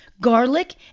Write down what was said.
garlic